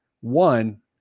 One